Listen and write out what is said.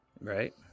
Right